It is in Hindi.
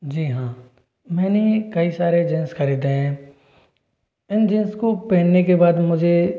जी हाँ मैंने कई सारे जींस ख़रीदें हैं इन जींस को पहनने के बाद मुझे